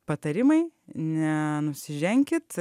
patarimai nenusiženkit